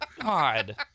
God